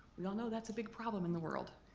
we all know that's a big problem in the world.